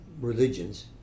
religions